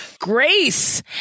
grace